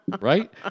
Right